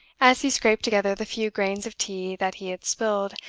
as he scraped together the few grains of tea that he had spilled,